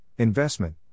investment